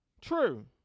true